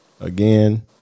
Again